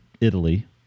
Italy